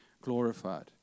glorified